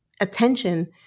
attention